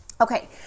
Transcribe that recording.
Okay